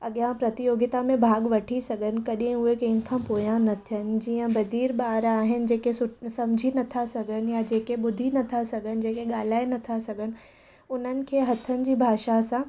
अॻियां प्रतियोगिता में भाॻ वठी सघनि कॾहिं उहे कंहिंखां पोया न थियनि जीअं बधिर ॿार आहिनि जेके सु समुझी नथा सघनि या जेके ॿुधी नथा सघनि जेके ॻाल्हाए नथा सघनि उन्हनि खे हथनि जी भाषा सां